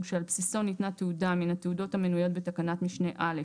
שעל בסיסו ניתנה תעודה מן התעודות המנויות בתקנת משנה (א),